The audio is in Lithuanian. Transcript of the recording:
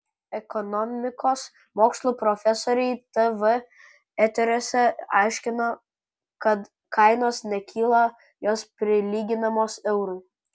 ekonomikos mokslų profesoriai tv eteriuose aiškina kad kainos nekyla jos prilyginamos eurui